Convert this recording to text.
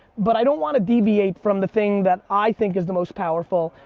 but i don't want to deviate from the thing that i think is the most powerful,